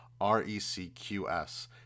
RECQS